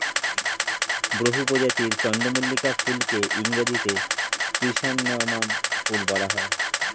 বহু প্রজাতির চন্দ্রমল্লিকা ফুলকে ইংরেজিতে ক্রিস্যান্থামাম ফুল বলা হয়